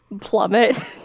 plummet